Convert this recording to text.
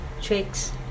tricks